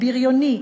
בריוני,